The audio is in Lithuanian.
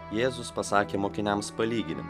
jėzus pasakė mokiniams palyginimą